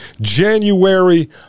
January